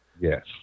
Yes